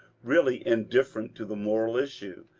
really indifferent to the moral issue,